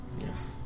Yes